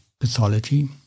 pathology